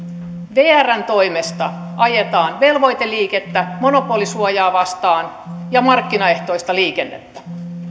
vrn toimesta ajetaan velvoiteliikennettä monopolisuojaa vastaan ja markkinaehtoista liikennettä